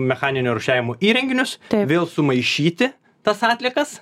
mechaninio rūšiavimo įrenginius vėl sumaišyti tas atliekas